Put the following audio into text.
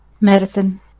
Medicine